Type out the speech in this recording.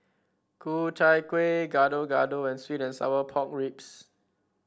Ku Chai Kuih Gado Gado and sweet and Sour Pork Ribs